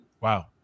wow